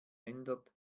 ändert